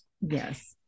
Yes